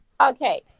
Okay